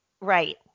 right